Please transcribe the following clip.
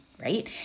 right